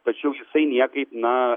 tačiau jisai niekaip na